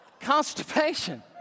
constipation